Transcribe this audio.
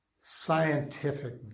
scientific